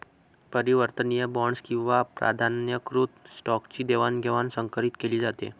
परिवर्तनीय बॉण्ड्स किंवा प्राधान्यकृत स्टॉकची देवाणघेवाण संकरीत केली जाते